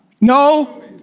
No